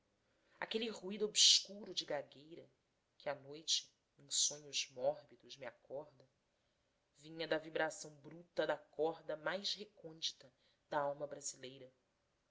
aquele ruído obscuro de gagueira que à noite em sonhos mórbidos me acorda vinha da vibração bruta da corda mais recôndita da alma brasileira